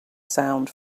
sound